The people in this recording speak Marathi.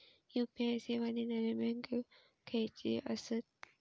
यू.पी.आय सेवा देणारे बँक खयचे आसत?